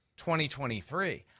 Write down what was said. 2023